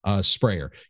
Sprayer